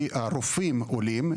הרופאים העולים,